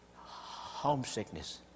Homesickness